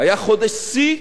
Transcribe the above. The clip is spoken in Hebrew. היה חודש שיא